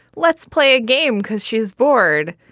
let's play a game because she's bored.